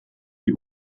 die